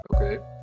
Okay